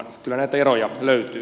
kyllä näitä eroja löytyy